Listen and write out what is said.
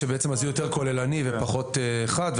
אלא שהזיהוי יותר כוללני ופחות חד,